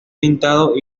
pintado